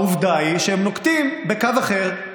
העובדה היא שהם נוקטים קו אחר,